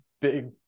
big